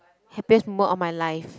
happiest moment of my life